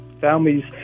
families